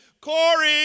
Corey